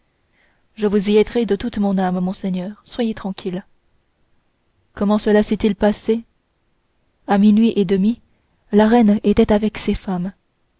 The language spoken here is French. je vous y aiderai de toute mon âme monseigneur soyez tranquille comment cela s'est-il passé à minuit et demi la reine était avec ses femmes